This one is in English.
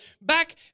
back